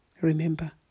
remember